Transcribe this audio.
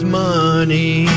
money